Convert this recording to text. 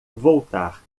voltar